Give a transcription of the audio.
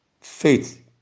faith